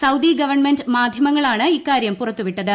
Saudi government മാധ്യമങ്ങളാണ് ഇക്കാര്യം പുറത്തുവിട്ടത്